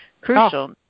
crucial